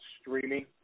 streaming